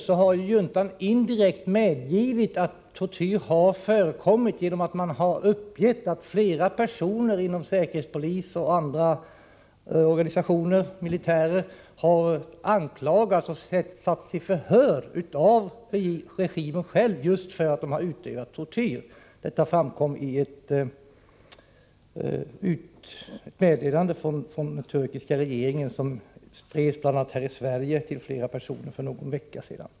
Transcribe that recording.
Juntan har indirekt medgivit att tortyr har förekommit, genom att man har uppgett att flera personer inom säkerhetspolis och andra organisationer samt militär har anklagats och satts i förhör av regimen för att de har utövat tortyr. Detta framkom i ett meddelande från den turkiska regeringen som sändes bl.a. till flera personer här i Sverige för någon vecka sedan.